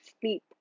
sleep